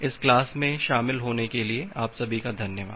इस क्लास में शामिल होने के लिए आप सभी का धन्यवाद